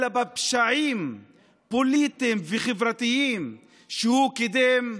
אלא בפשעים פוליטיים וחברתיים שהוא קידם.